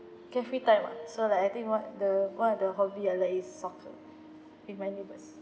carefree time ah so like I think what the one of the hobby I like is soccer with my neighbours